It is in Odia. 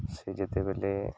ସେ ଯେତେବେଳେ